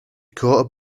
caught